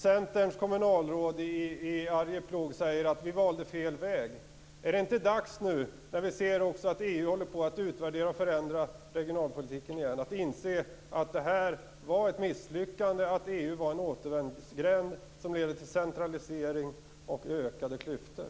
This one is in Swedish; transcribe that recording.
Centerns kommunalråd i Arjeplog säger att man valde fel väg. Är det inte dags nu, när vi ser att EU håller på att utvärdera och förändra regionalpolitiken, att inse att det här var ett misslyckande, att EU var en återvändsgränd som leder till centralisering och ökade klyftor?